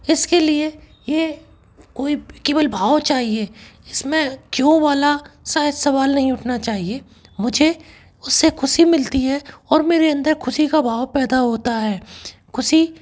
इसके लिए ये कोई केवल भाव चाहिए इस में क्यों वाला सा सवाल नहीं उठना चाहिए मुझे उस से ख़ुशी मिलती है और मेरे अंदर ख़ुशी का भाव पैदा होता है ख़ुशी